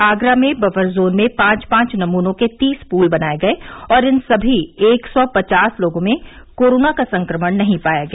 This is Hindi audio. आगरा में बफर जोन में पांच पांच नमूनों के तीस पूल बनाये गये और इन सभी एक सौ पचास लोगों में कोरोना का संक्रमण नहीं पाया गया